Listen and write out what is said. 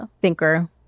Thinker